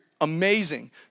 amazing